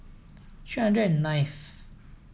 three hundred ninth